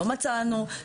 לא מצאנו.